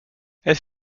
elle